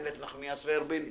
הכנסת איילת נחמיאס ורבין להתייחס,